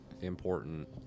important